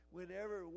Whenever